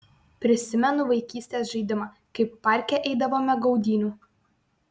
prisimenu vaikystės žaidimą kaip parke eidavome gaudynių